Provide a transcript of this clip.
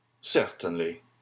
Certainly